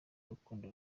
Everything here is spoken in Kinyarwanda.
rukundo